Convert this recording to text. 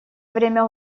время